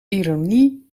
ironie